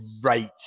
great